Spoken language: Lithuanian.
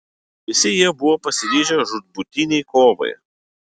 visi jie buvo pasiryžę žūtbūtinei kovai